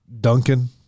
Duncan